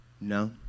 No